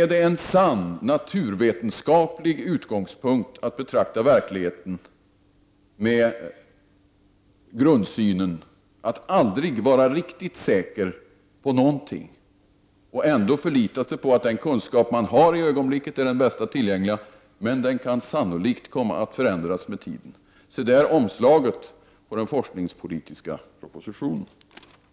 är det en sann naturvetenskaplig utgångspunkt att betrakta verkligheten med grundsynen att aldrig vara riktigt säker på nå got och ändå förlita sig på att den kunskap man har för ögonblicket är den bästa tillgängliga — men den kan sannolikt komma att förändras med tiden. Se där omslaget till den forskningspolitiska propositionen.